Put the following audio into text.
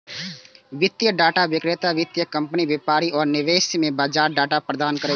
वित्तीय डाटा विक्रेता वित्तीय कंपनी, व्यापारी आ निवेशक कें बाजार डाटा प्रदान करै छै